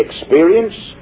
experience